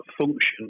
function